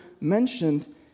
mentioned